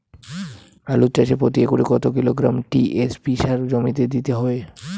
আলু চাষে প্রতি একরে কত কিলোগ্রাম টি.এস.পি সার জমিতে দিতে হয়?